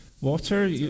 Water